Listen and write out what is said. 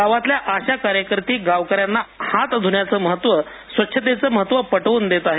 गावातल्या आशा कार्यकर्ती गावकऱ्यांना हात धृण्याच स्वच्छतेच महत्व पटवृन देत आहेत